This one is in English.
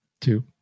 Two